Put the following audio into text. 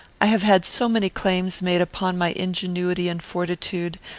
i have had so many claims made upon my ingenuity and fortitude,